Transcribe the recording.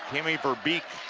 kimmy ver beek,